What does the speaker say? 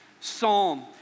psalm